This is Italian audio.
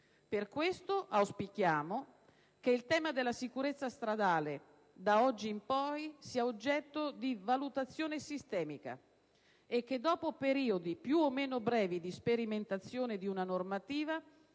Per questo, auspichiamo che il tema della sicurezza stradale, da oggi in poi, sia oggetto di valutazione sistemica e che, dopo periodi più o meno brevi di sperimentazione di una normativa,